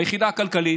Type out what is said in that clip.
ביחידה הכלכלית,